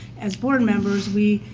as board members, we,